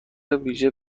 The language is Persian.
ویژه